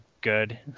good